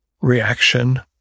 reaction